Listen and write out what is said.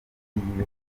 y’ibihugu